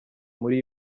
muri